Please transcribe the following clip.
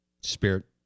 spirit